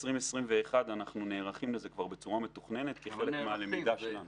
ל-2021 אנחנו נערכים לזה בצורה מתוכננת כחלק מהלמידה שלנו.